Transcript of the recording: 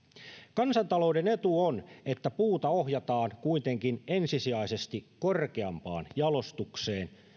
kansantalouden etu on että puuta ohjataan kuitenkin ensisijaisesti korkeampaan jalostukseen